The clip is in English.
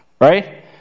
Right